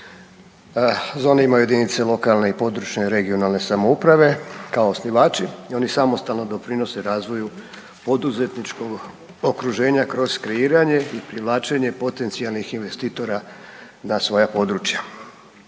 Zone imaju jedinice lokalne i područne (regionalne) samouprave, kao osnivači i oni samostalno doprinose radu poduzetničkog okruženja kroz kreiranje i privlačenje potencijalnih investitora na svoja područja.